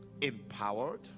empowered